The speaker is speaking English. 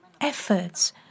efforts